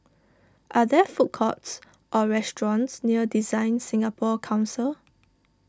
are there food courts or restaurants near DesignSingapore Council